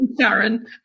Sharon